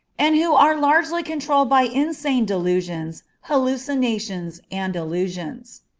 and who are largely controlled by insane delusions, hallucinations, and illusions.